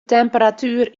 temperatuer